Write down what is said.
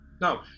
no